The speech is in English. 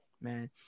man